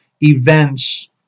events